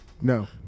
No